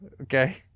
okay